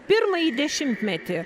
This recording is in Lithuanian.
pirmąjį dešimtmetį